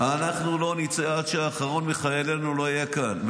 אנחנו לא נצא עד שהאחרון מחטופינו לא יהיה כאן.